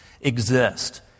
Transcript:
exist